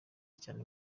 cyane